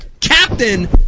Captain